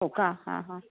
हो का हां हां